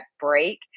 break